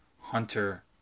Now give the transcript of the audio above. Hunter